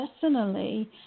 personally